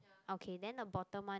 okay then the bottom one